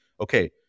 okay